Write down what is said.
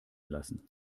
lassen